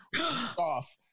off